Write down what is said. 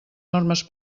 normes